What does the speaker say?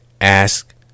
ask